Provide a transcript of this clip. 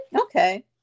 Okay